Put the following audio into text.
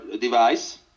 device